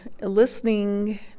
listening